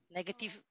Negative